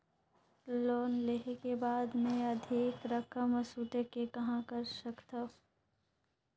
Loan लेहे के बाद मे अधिक रकम वसूले के कहां कर सकथव?